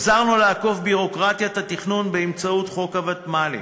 עזרנו לעקוף את הביורוקרטיה בתכנון באמצעות חוק הוותמ"לים.